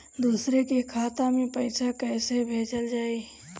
दूसरे के खाता में पइसा केइसे भेजल जाइ?